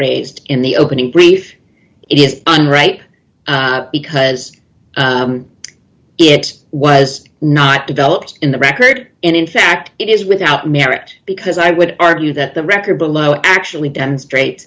raised in the opening brief it is an right because it was not developed in the record and in fact it is without merit because i would argue that the record below actually demonstrate